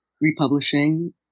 republishing